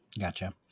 Gotcha